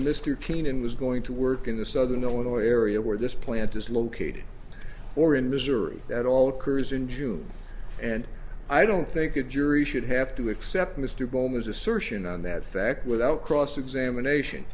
mr keenan was going to work in the southern illinois area where this plant is located or in missouri that all occurs in june and i don't think a jury should have to accept mr bowman as assertion on that fact without cross examination